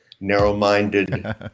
narrow-minded